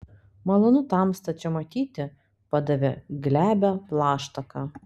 malonu tamstą čia matyti padavė glebią plaštaką